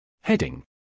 Heading